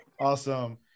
awesome